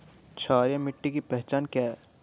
क्षारीय मिट्टी की पहचान क्या है?